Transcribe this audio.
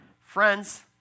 Friends